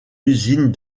usine